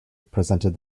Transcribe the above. presented